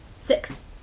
Six